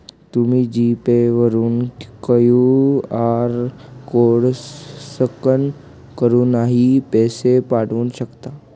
तुम्ही G pay वरून QR code scan करूनही पैसे पाठवू शकता